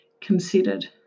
considered